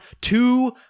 two